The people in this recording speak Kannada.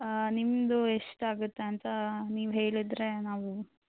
ನಿಮ್ಮದು ಎಷ್ಟಾಗತ್ತೆ ಅಂತ ನೀವು ಹೇಳಿದರೆ ನಾವು